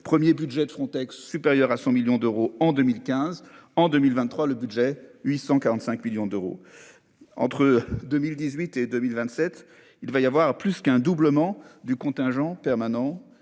que 1er budget de Frontex supérieur à 100 millions d'euros en 2015. En 2023, le budget 845 millions d'euros. Entre 2018 et 2027, il va y avoir plus qu'un doublement du contingent permanent